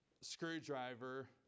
screwdriver